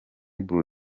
bull